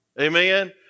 Amen